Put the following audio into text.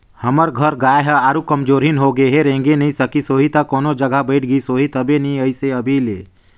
हमर घर गाय ह आरुग कमजोरहिन होगें हे रेंगे नइ सकिस होहि त कोनो जघा बइठ गईस होही तबे नइ अइसे हे अभी ले